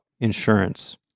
insurance